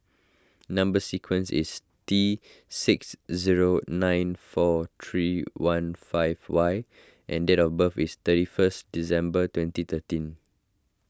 Number Sequence is T six zero nine four three one five Y and date of birth is thirty first December twenty thirteen